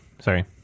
Sorry